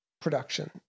production